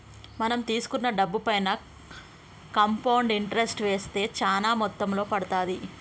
మనం తీసుకున్న డబ్బుపైన కాంపౌండ్ ఇంటరెస్ట్ వేస్తే చానా మొత్తంలో పడతాది